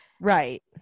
right